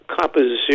composition